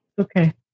Okay